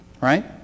Right